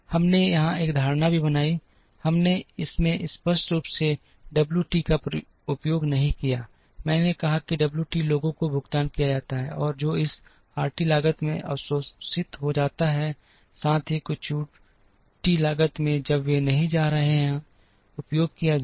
हमने यहां एक धारणा भी बनाई हमने इसमें स्पष्ट रूप से डब्ल्यू टी का उपयोग नहीं किया मैंने कहा कि डब्ल्यू टी लोगों को भुगतान किया जाता है और जो इस आरटी लागत में अवशोषित हो जाता है साथ ही कुछ यू टी लागत में जब वे नहीं जा रहे हैं उपयोग किया जाए